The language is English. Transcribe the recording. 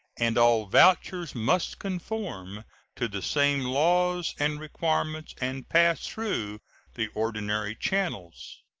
and all vouchers must conform to the same laws and requirements and pass through the ordinary channels.